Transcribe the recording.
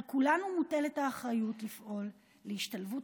על כולנו מוטלת האחריות לפעול להשתלבות